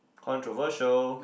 controversial